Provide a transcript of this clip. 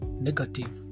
negative